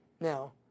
Now